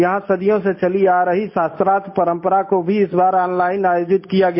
यहां सदियों से चली आ रही शास्त्रार्थ परंपरा को भी इस बार ऑनलाइन आयोजित किया गया